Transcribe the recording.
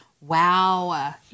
wow